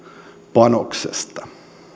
panoksesta